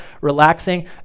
relaxing